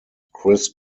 chris